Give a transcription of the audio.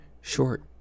Short